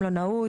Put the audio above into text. מלונאות,